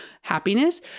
happiness